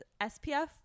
SPF